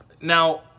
Now